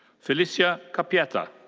felicia chiappetta.